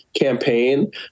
campaign